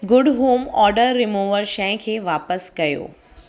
good home odour remover शइ खे वापसि कयो